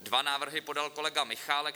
Dva návrhy podal kolega Michálek.